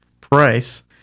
Price